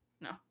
No